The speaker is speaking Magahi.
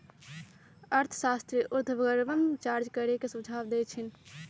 अर्थशास्त्री उर्ध्वगम चार्ज करे के सुझाव देइ छिन्ह